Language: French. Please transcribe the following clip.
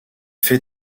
fait